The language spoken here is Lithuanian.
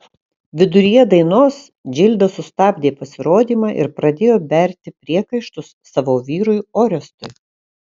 viduryje dainos džilda sustabdė pasirodymą ir pradėjo berti priekaištus savo vyrui orestui